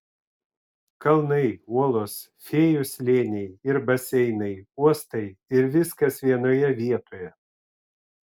kalnai uolos fėjų slėniai ir baseinai uostai ir viskas vienoje vietoje